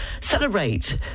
Celebrate